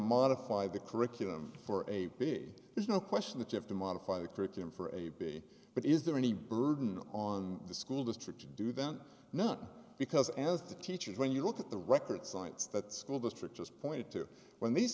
modify the curriculum for a b there's no question that you have to modify the curriculum for a b but is there any burden on the school district to do them not because as the teachers when you look at the record sites that school district has pointed to when the